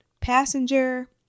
passenger